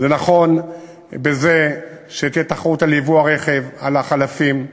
זה נכון שתהיה תחרות על ייבוא הרכב, על החלפים,